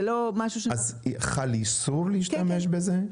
זה לא משהו --- חל איסור להשתמש בזה?